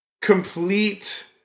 complete